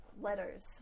letters